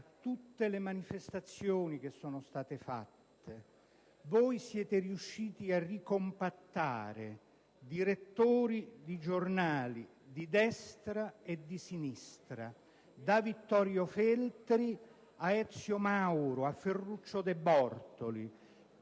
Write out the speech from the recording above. tutte le manifestazioni che sono state fatte. Voi siete riusciti a ricompattare direttori di giornali di destra e di sinistra, da Vittorio Feltri a Ezio Mauro, a Ferruccio De Bortoli,